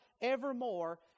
evermore